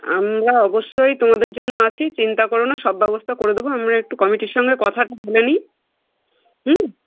আমরা অবশ্যই তোমাদের জন্য আছি চিন্তা করো না সব ব্যবস্থা করে দেবো আমরা একটু কমিটির সঙ্গে কথাটা বলে নিই হুম